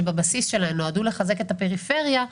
שבבסיס שלהן נועדו לחזק את הפריפריה,